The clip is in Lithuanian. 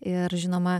ir žinoma